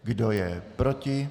Kdo je proti?